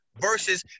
versus